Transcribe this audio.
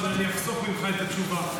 ואני אחסוך ממך את התשובה.